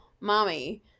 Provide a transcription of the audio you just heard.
mommy